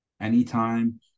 anytime